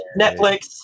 netflix